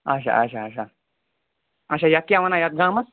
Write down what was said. اچھا اچھا اچھا اچھا یَتھ کیاہ وَنان یَتھ گامس